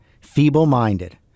feeble-minded